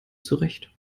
zurecht